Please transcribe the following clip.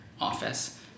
office